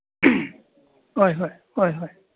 ꯍꯣꯏ ꯍꯣꯏ ꯍꯣꯏ ꯍꯣꯏ